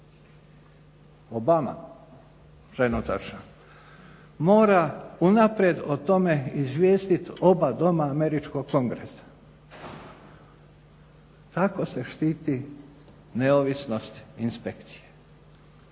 Obama trenutačno mora unaprijed o tome izvijestit oba doma Američkog Kongresa. Tako se štiti neovisnost inspekcije.